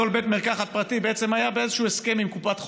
כל בית מרקחת פרטי בעצם היה באיזשהו הסכם עם קופת חולים,